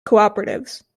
cooperatives